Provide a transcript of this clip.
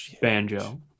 banjo